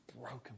broken